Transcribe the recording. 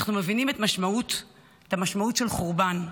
אנחנו מבינים את המשמעות של חורבן,